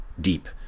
deep